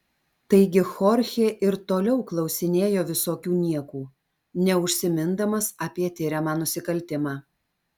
taigi chorchė ir toliau klausinėjo visokių niekų neužsimindamas apie tiriamą nusikaltimą